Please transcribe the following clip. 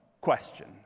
question